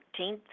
13th